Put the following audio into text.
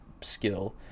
skill